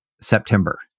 September